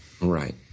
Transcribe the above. Right